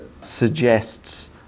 suggests